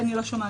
היועמ"ש.